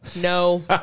No